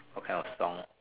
what kind of songs